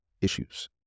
Issues